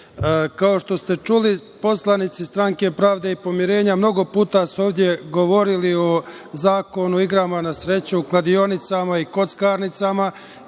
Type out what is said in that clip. što ste čuli, poslanici Stranke pravde i pomirenja mnogo puta su ovde govorili o Zakonu o igrama na sreću, kladionicama i kockarnicama